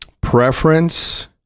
preference